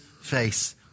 face